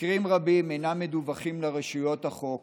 מקרים רבים אינם מדווחים לרשויות החוק